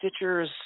stitchers